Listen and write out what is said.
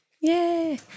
Yay